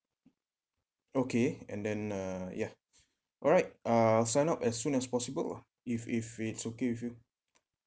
okay and then uh yeah alright I'll sign up as soon as possible lah if if it's okay with you